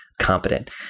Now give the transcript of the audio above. Competent